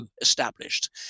established